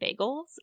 bagels